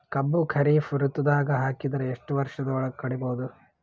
ಕಬ್ಬು ಖರೀಫ್ ಋತುದಾಗ ಹಾಕಿದರ ಎಷ್ಟ ವರ್ಷದ ಒಳಗ ಕಡಿಬಹುದು?